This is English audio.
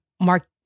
Mark